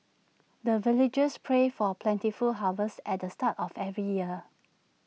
the villagers pray for plentiful harvest at the start of every year